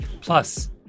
Plus